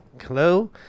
hello